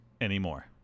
anymore